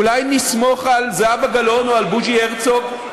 אולי נסמוך על זהבה גלאון או על בוז'י הרצוג?